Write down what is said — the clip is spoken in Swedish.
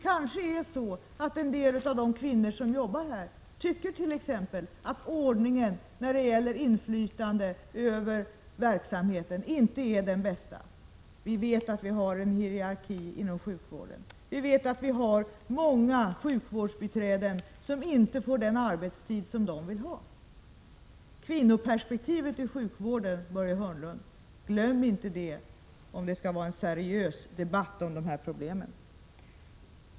Kanske en del av de kvinnor som jobbar i sjukvården exempelvis tycker att ordningen när det gäller inflytande över verksamheten inte är den bästa. Vi vet att det finns en hierarki inom sjukvården. Vi vet att många sjukvårdsbiträden inte får den arbetstid som de vill ha. Glöm inte kvinnoperspektivet i sjukvården, Börje Hörnlund, om det skall vara en seriös debatt om de här problemen.